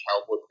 Cowboy